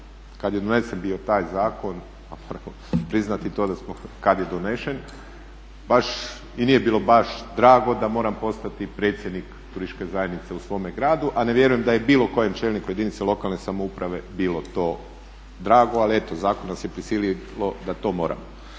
kada je donesen bio taj zakon moram priznati kada je donesen baš i nije bilo drago da moram postati predsjednik turističke zajednice u svome gradu, a ne vjerujem da je bilo kojem čelniku jedinice lokalne samouprave bilo to drago, ali eto zakon nas je prisilio da to moramo.